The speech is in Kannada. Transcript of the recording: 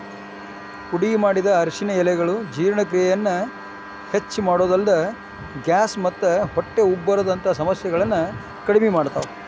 ಪುಡಿಮಾಡಿದ ಅರಿಶಿನ ಎಲೆಗಳು ಜೇರ್ಣಕ್ರಿಯೆಯನ್ನ ಹೆಚ್ಚಮಾಡೋದಲ್ದ, ಗ್ಯಾಸ್ ಮತ್ತ ಹೊಟ್ಟೆ ಉಬ್ಬರದಂತ ಸಮಸ್ಯೆಗಳನ್ನ ಕಡಿಮಿ ಮಾಡ್ತಾವ